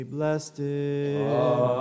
Blessed